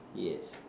yes